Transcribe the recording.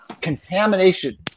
contamination